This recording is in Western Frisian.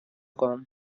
kom